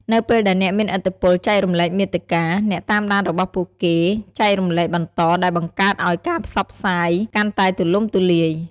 នៅពេលដែលអ្នកមានឥទ្ធិពលចែករំលែកមាតិកា អ្នកតាមដានរបស់ពួកគេអាចចែករំលែកបន្ត ដែលបង្កើតឲ្យការផ្សព្វផ្សាយកាន់តែទូលំទូលាយ។